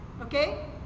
Okay